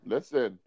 Listen